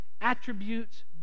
attributes